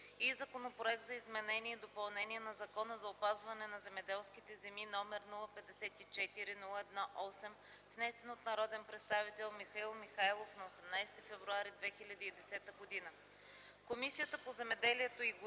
и Законопроект за изменение и допълнение на Закона за опазване на земеделските земи, , внесен от народния представител Михаил Михайлов на 18 февруари 2010 г.